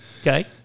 Okay